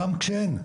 גם כשאין,